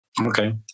Okay